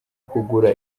kugura